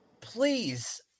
please